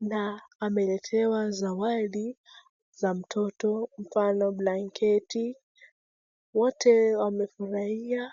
na ameletewa zawadi za mtoto mto na blanketi wote wamefurahia.